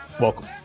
Welcome